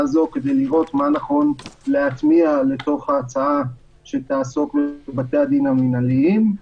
הזו כדי לראות מה נכון להטמיע לתוך ההצעה שתעסוק בבתי הדין המנהליים.